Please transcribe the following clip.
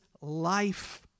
life